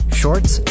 shorts